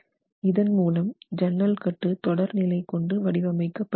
இதன் மூலம் சன்னல் கட்டு தொடர் நிலை கொண்டு வடிவமைக்க படுகிறது